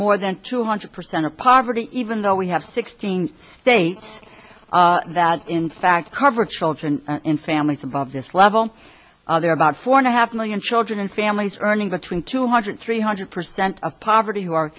more than two hundred percent of poverty even though we have sixteen states that in fact cover children in families above this level there are about four and a half million children and families earning between two hundred three hundred percent of poverty